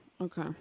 okay